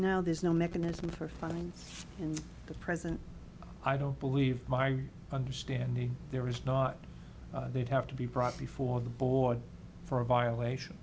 now there's no mechanism for funding in the present i don't believe my understanding there is not they'd have to be brought before the board for a violation